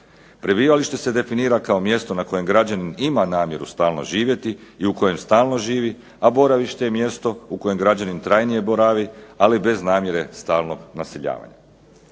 Prebivalište se definira kao mjesto na kojem građanin ima namjeru stalno živjeti i u kojem stalno živi, a boravište je mjesto u kojem građanin trajnije boravi, ali bez namjere stalnog naseljavanja.